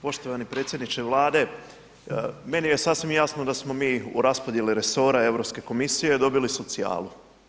Poštovani predsjedniče Vlade, meni je sasvim jasno da smo mi u raspodjeli resora Europske komisije dobili socijalu.